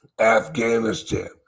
Afghanistan